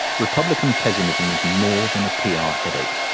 republican pessimism is more than a pr ah headache.